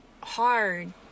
hard